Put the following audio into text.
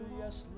yes